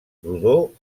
rodó